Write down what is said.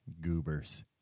Goobers